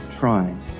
Trying